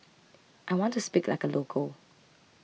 I want to speak like a local